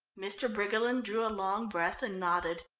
mr. briggerland drew a long breath and nodded.